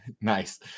nice